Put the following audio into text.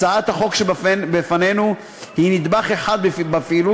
הצעת החוק שבפנינו היא נדבך אחד בפעילות